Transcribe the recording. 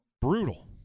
Brutal